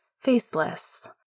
faceless